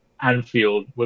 Anfield